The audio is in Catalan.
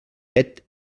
set